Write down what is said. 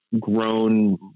grown